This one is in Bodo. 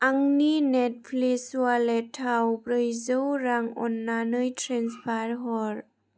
आंनि नेटफ्लिक्स अवालेटाव ब्रैजौ रां अननानै ट्रेन्सफार हर